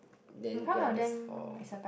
then ya there's four